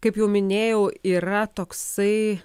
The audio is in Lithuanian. kaip jau minėjau yra toksai